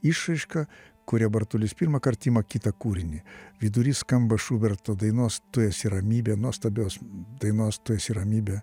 išraiška kuria bartulis pirmąkart ima kitą kūrinį vidury skamba šuberto dainos tu esi ramybė nuostabios dainos tu esi ramybė